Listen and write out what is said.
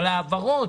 על העברות,